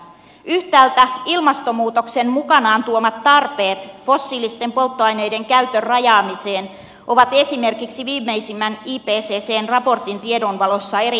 yhtäältä ilmastonmuutoksen mukanaan tuomat tarpeet fossiilisten polttoaineiden käytön rajaamiseen ovat esimerkiksi viimeisimmän ipccn raportin tiedon valossa erittäin selvät